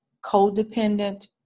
codependent